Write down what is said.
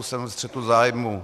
Jsem ve střetu zájmů.